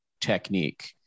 technique